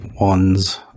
Ones